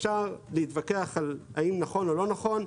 אפשר להתווכח על האם נכון או לא נכון.